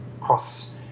cross